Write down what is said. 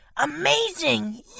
Amazing